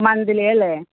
monthly അല്ലേ